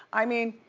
i mean,